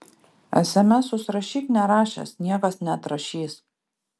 esemesus rašyk nerašęs niekas neatrašys